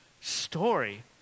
story